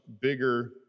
bigger